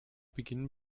beginnen